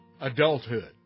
adulthood